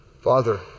Father